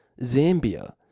Zambia